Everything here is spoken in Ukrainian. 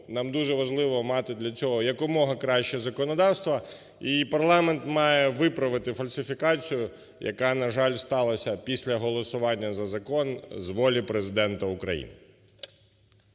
нам дуже важливо мати для цього якомога краще законодавство. І парламент має виправити фальсифікацію, яка, на жаль, сталася після голосування за закон, з волі Президента України.